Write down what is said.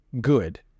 good